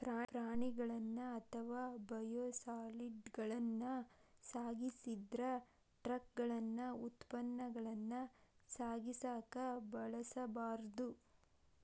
ಪ್ರಾಣಿಗಳನ್ನ ಅಥವಾ ಬಯೋಸಾಲಿಡ್ಗಳನ್ನ ಸಾಗಿಸಿದ ಟ್ರಕಗಳನ್ನ ಉತ್ಪನ್ನಗಳನ್ನ ಸಾಗಿಸಕ ಬಳಸಬಾರ್ದು